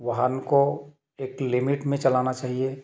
वाहन को एक लिमिट में चलाना चाहिए